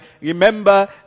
remember